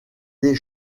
des